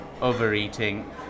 overeating